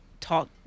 talk